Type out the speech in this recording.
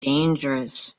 dangerous